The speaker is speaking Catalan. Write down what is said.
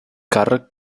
càrrec